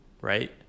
Right